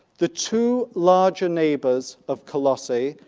the two larger neighbours of colossae,